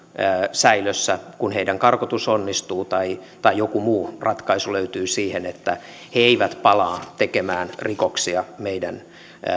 kuin heidän karkotuksensa onnistuu tai tai joku muu ratkaisu löytyy siihen että he eivät palaa tekemään rikoksia meidän